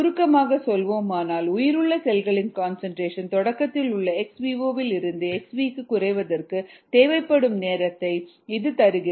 சுருக்கமாக சொல்வோமானால் உயிருள்ள செல்களின் கன்சன்ட்ரேஷன் தொடக்கத்தில் உள்ள xvo இல் இருந்து xv க்கு குறைவதற்கு தேவைப்படும் நேரத்தை இது தருகிறது